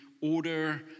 order